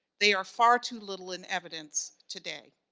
they are far too little in evidence today.